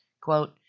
Quote